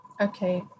Okay